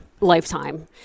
lifetime